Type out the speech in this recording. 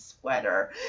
sweater